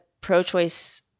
pro-choice